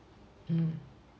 mm